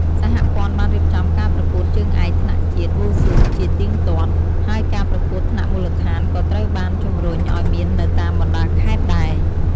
សហព័ន្ធបានរៀបចំការប្រកួតជើងឯកថ្នាក់ជាតិវ៉ូស៊ូជាទៀងទាត់។ហើយការប្រកួតថ្នាក់មូលដ្ឋានក៏ត្រូវបានជំរុញឲ្យមាននៅតាមបណ្ដាខេត្តដែរ។